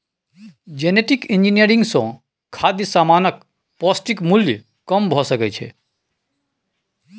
genetic engineering सँ खाद्य समानक पौष्टिक मुल्य कम भ सकै छै